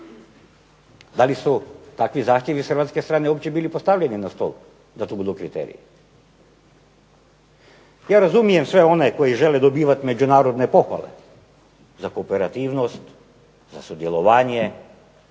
Da li su takvi zahtjevi s hrvatske strane uopće bili postavljeni na stol da to budu kriteriji? Ja razumijem sve one koji žele dobivati međunarodne pohvale za kooperativnost, za sudjelovanje,